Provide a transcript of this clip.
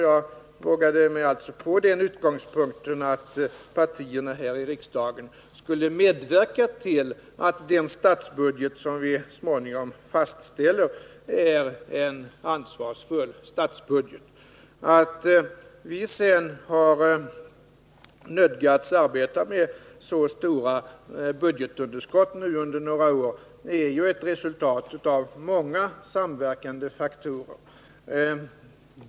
Jag vågade mig alltså på den utgångspunkten att partierna här i riksdagen skulle medverka till att den statsbudget som vi så småningom fastställer blir en ansvarsfull statsbudget. Att vi under några år har nödgats arbeta med stora budgetunderskott är ett resultat av många samverkande faktorer.